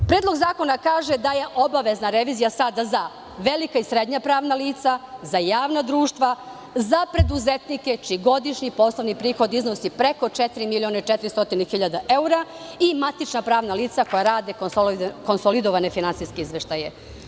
Predlog zakona kaže da je obavezna revizija sada za velika i srednja pravna lica, za javna društva, za preduzetnike čiji godišnji poslovni prihod iznosi preko 4.400.000 eura i matična pravna lica koja rade konsolidovane finansijske izveštaje.